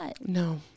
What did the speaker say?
No